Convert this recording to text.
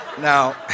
Now